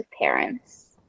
parents